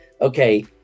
okay